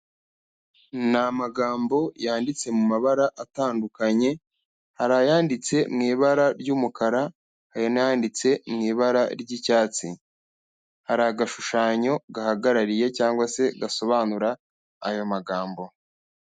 Ni amagambo yanditse mu mabara atandukanye, hari ayanditse mwi ibara ry'umukara hari n'ayanditse mu ibara ry'icyatsi hari agashushanyo gahagarariye cyangwa se gasobanura aya magambo.